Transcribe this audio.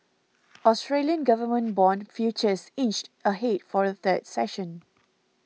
Australian government bond futures inched ahead for a third session